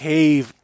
Cave